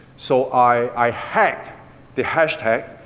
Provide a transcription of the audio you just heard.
so, i had the hashtag,